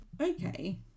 Okay